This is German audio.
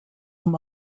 vom